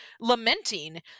lamenting